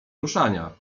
ruszania